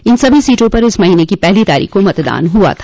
इन सभी सीटों पर इस महीने की पहली तारीख को मतदान हुआ था